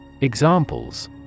Examples